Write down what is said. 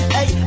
Hey